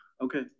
Okay